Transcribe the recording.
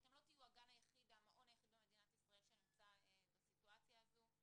אתם לא תהיו המעון היחיד במדינת ישראל שנמצא בסיטואציה הזו.